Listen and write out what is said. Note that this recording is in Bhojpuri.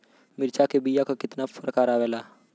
मिर्चा के बीया क कितना प्रकार आवेला?